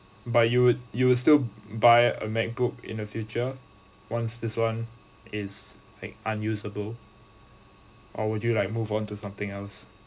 but you would you will still buy a macbook in the future once this one is like unusable or would you like move on to something else